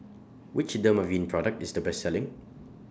Which Dermaveen Product IS Best Selling